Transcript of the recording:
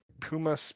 puma